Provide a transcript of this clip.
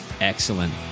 Excellent